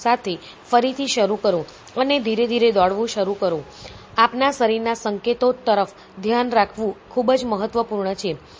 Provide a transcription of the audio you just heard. સાથે ફરીથી શરૂ કરો અને ધીરે ધીરે દોડવું શરૂ કરો આપના શરીરના સંકેતો તરફ ધ્યાન રાખવું ખૂબ જ મહત્વપૂર્ણ છે